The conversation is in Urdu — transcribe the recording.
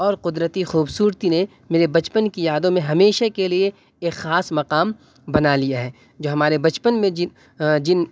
اور قدرتی خوبصورتی نے میرے بچپن کی یادوں میں ہمیشہ کے لیے ایک خاص مقام بنا لیا ہے جو ہمارے بچپن میں جن جن